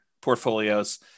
portfolios